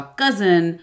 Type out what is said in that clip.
cousin